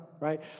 right